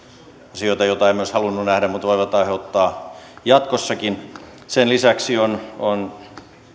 asioita joita emme olisi halunneet nähdä mutta voivat aiheuttaa jatkossakin sen lisäksi on on